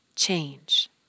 change